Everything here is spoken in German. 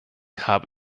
habe